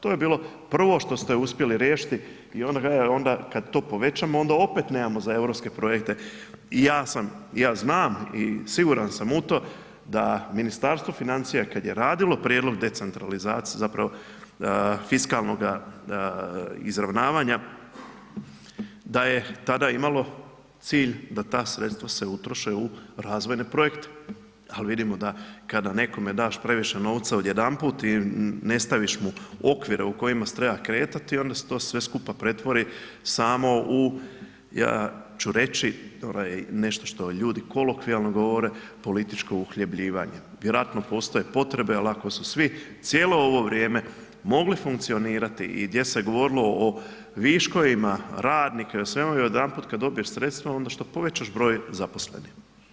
To je bilo prvo što ste uspjeli riješiti i onda kažete, onda kad to povećamo, onda opet nemamo za europske projekte i ja sam, ja znam i siguran sam u to da Ministarstvo financija kad je radilo prijedlog decentralizacije, zapravo fiskalnoga izravnavanja da je tada imalo cilj da ta sredstva se utroše u razvojne projekte, al vidimo da kada nekome daš previše novca odjedanput i ne staviš mu okvire u kojima se treba kretati, onda se to sve skupa pretvori samo u, ja ću reći nešto što ljudi kolokvijalno govore, političko uhljebljivanje, vjerojatno postoje potrebe, al ako su svi cijelo ovo vrijeme mogli funkcionirati i gdje se govorilo o viškovima radnika i o svemu i odjedanput kad dobiješ sredstva, onda što povećaš broj zaposlenih.